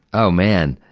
oh, man!